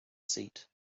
seat